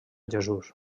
jesús